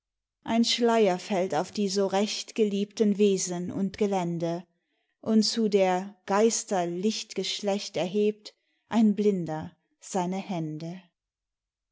ein schleier fällt auf die so recht geliebten wesen und gelände und zu der geister lichtgeschlecht erhebt ein blinder seine hände